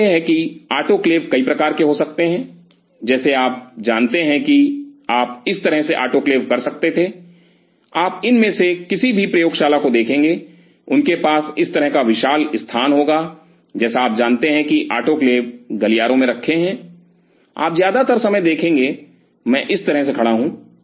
तो यह है कि आटोक्लेव कई प्रकार के हो सकते हैं जैसे आप जानते हैं कि आप इस तरह से आटोक्लेव कर सकते थे आप इनमें से किसी भी प्रयोगशाला को देखेंगे उनके पास इस तरह का विशाल स्थान होगा जैसा आप जानते हैं कि आटोक्लेव गलियारों में रखें हैं आप ज्यादातर समय देखेंगे मैं इस तरह से खड़ा हूँ